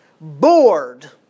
bored